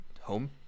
Home